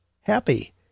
happy